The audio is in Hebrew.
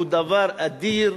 הוא דבר אדיר,